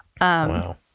Wow